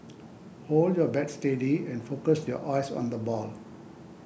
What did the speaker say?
hold your bat steady and focus your eyes on the ball